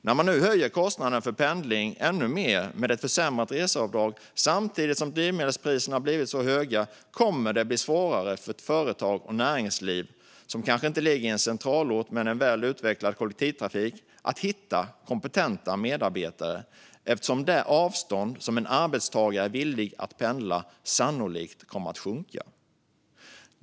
När man nu höjer kostnaden för pendling ännu mer med ett försämrat reseavdrag samtidigt som drivmedelspriserna blivit så höga kommer det att bli svårare för företag och näringsliv som kanske inte ligger i en centralort med väl utvecklad kollektivtrafik att hitta kompetenta medarbetare - det avstånd som en arbetstagare är villig att pendla kommer ju sannolikt att minska.